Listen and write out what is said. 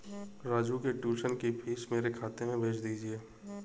राजू के ट्यूशन की फीस मेरे खाते में भेज दीजिए